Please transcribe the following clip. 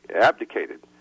abdicated